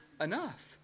enough